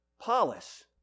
polis